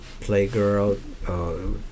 Playgirl